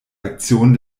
aktion